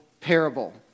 parable